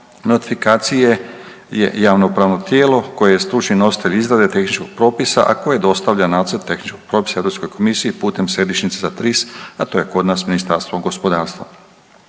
notifikacije je javno pravno tijelo koje je stručni nositelj izrade tehničkog propisa, a koje dostavlja nacrt tehničkog propisa Europskoj komisiji putem središnjice za TRIS, a to je kod nas Ministarstvo gospodarstva.